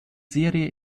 serie